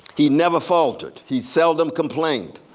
he never faltered. he seldom complained.